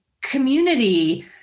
community